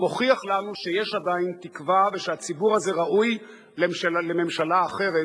מוכיח לנו שיש עדיין תקווה ושהציבור הזה ראוי לממשלה אחרת,